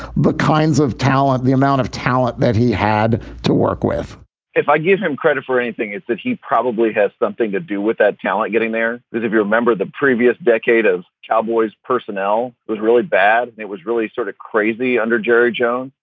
the kinds of talent, the amount of talent that he had to work with if i give him credit for anything, it's that he probably has something to do with that talent. getting there is, if you remember, the previous decade of cowboys personnel was really bad and it was really sort of crazy under jerry jones.